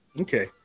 Okay